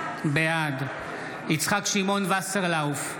בעד יצחק שמעון וסרלאוף,